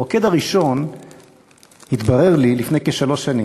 המוקד הראשון התברר לי לפני כשלוש שנים,